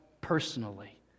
personally